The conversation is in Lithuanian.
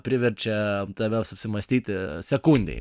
priverčia tave susimąstyti sekundei